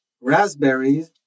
raspberries